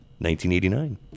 1989